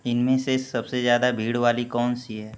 इनमें से सबसे ज़्यादा भीड़ वाली कौनसी है